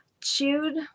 chewed